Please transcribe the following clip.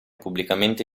pubblicamente